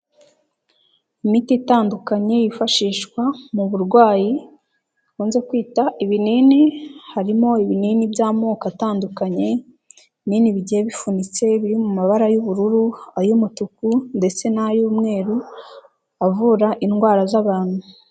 Imiti itandukanye yifashishwa mu burwayi bakunze kwita ibinini, harimo ibinini by'amoko atandukanye, ibinini bigiye bifunitse biri mu mabara y'ubururu, ay'umutuku ndetse n'ay'umweru, bivura indwara z'abantu.